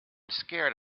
scared